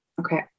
Okay